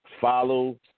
follow